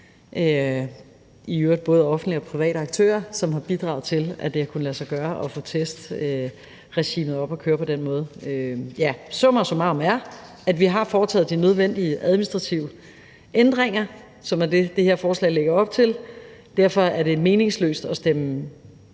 i øvrigt både offentlige og private aktører, som har bidraget til, at det har kunnet lade sig gøre at få testregimet op at køre på den måde. Ja, summa summarum er, at vi har foretaget de nødvendige administrative ændringer, som er det, det her forslag lægger op til, og derfor er det meningsløst at stemme